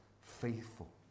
faithful